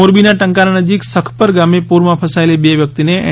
મોરબીના ટંકારા નજીક સખપર ગામે પૂર માં ફસાથેલી બે વ્યક્તી ને એન